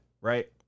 Right